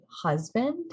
husband